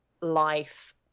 life